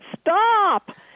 stop